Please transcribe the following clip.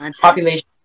population